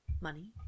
Money